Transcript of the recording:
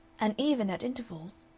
and even, at intervals,